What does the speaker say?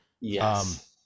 yes